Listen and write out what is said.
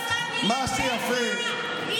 מה המדינה הייתה עושה בלעדיך, איתמר בן גביר.